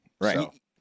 Right